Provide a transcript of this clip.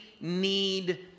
need